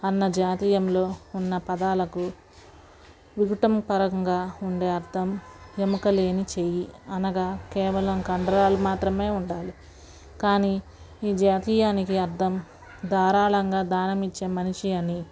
అన్న జాతీయంలో ఉన్న పదాలకు విపుటం పరంగా ఉండే అర్థం ఎముకలేని చెయ్యి అనగా కేవలం కండరాలు మాత్రమే ఉండాలి కానీ ఈ జాతీయానికి అర్థం ధారాళంగా దానం ఇచ్చే మనిషి అని